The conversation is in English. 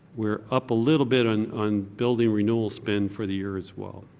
we are up a little bit on on building renewals spend for the year as well.